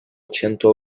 accento